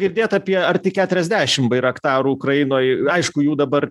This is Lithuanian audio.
girdėt apie arti keturiasdešimt bairaktarų ukrainoj aišku jų dabar